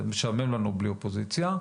משעמם לנו בלי אופוזיציה,